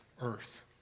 earth